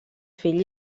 fill